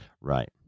Right